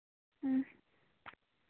ᱦᱮᱸ